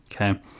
okay